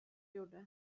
gjorde